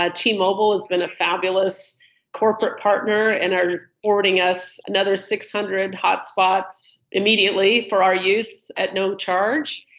ah t-mobile has been a fabulous corporate partner and are forwarding us another six hundred hot spots immediately for our use at no charge.